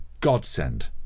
godsend